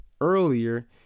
earlier